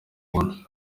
buntu